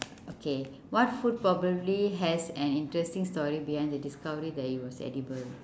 okay what food probably has an interesting story behind the discovery that it was edible